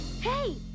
Hey